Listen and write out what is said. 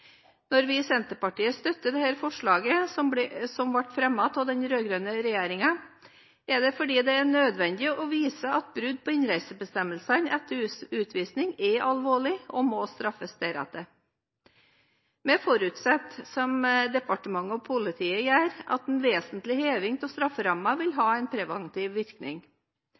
Når vi i Senterpartiet støtter dette forslaget som ble fremmet av den rød-grønne regjeringen, er det fordi det er nødvendig å vise at brudd på innreisebestemmelsene etter utvisning er alvorlig og må straffes deretter. Vi forutsetter, som Justis- og beredskapsdepartementet og politiet gjør, at en vesentlig heving av strafferammen vil ha en preventiv virkning.